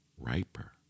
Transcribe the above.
riper